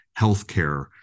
healthcare